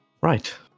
Right